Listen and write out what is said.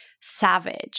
savage